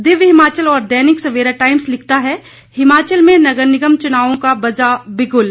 दिव्य हिमाचल और दैनिक सेवरा टाईम्स लिखता है हिमाचल में नगर निगम चुनावों का बजा बिगुल